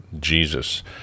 Jesus